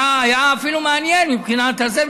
היה מעניין אפילו מבחינת זה,